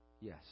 Yes